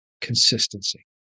consistency